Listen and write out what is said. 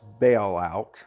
bailout